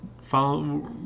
follow